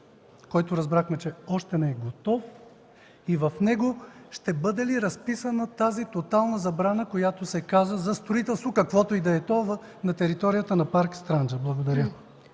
който разбрахме, че още не е готов, и в него ще бъде ли разписана тоталната забрана за строителство, каквото и да е то, на територията на Парк „Странджа”? Благодаря.